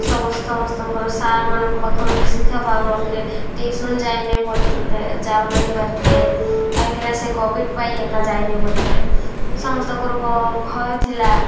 ସବୁ ସମସ୍ତଙ୍କର ସାର୍ମାନଙ୍କ ପାଖରୁ ଶିକ୍ଷା ପାଉନଥିଲେ ଟିଉସନ୍ ଯାଇନେଇ ପାରୁଥିଲେ ଯାଉନାହିଁ ପାରିଥିଲେ କାହିଁକିନା ସେ କୋଭିଡ଼ ପାଇ ଏକା ଯାଇନାଇ ପାରିଥିଲେ ସମସ୍ତଙ୍କର କ'ଣ ଭୟ ଥିଲା